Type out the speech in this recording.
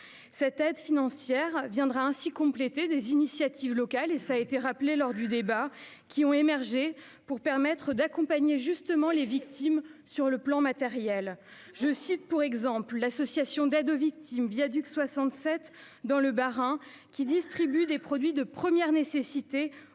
Cette aide financière viendra ainsi compléter des initiatives locales qui ont émergé pour permettre d'accompagner les victimes sur le plan matériel. Je cite, pour exemple, l'association d'aide aux victimes Viaduq 67 dans le Bas-Rhin, qui distribue des produits de première nécessité